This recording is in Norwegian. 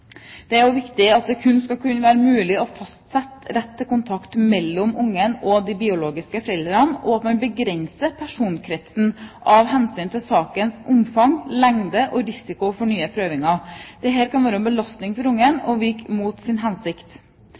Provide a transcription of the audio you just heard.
Det er også viktig at det kun skal være mulig å fastsette rett til kontakt mellom barnet og de biologiske foreldrene, og at man begrenser personkretsen av hensyn til sakens omfang, lengde og risiko for nye prøvinger. Dette kan være en belastning for barnet og virke mot sin hensikt.